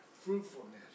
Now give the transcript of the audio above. fruitfulness